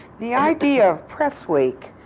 the idea of press week.